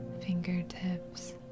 fingertips